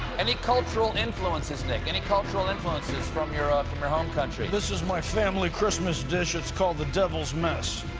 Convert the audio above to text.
any cultural influences, nick? any cultural influences from your ah from your home country? this is my family christmas dish. it's called the devil's mess.